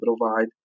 provide